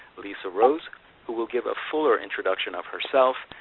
lisa rose who will give a fuller introduction of herself,